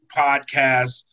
podcast